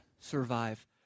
survive